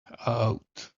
out